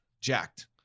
jacked